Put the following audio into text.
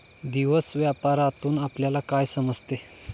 दिवस व्यापारातून आपल्यला काय समजते